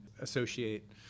associate